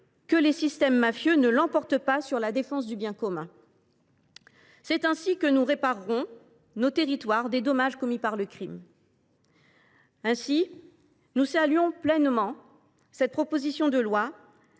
que les systèmes mafieux ne l’emportent pas sur la défense du bien commun. C’est ainsi que nous réparerons les dommages commis par le crime dans nos territoires. Nous saluons pleinement cette proposition de loi,